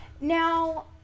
Now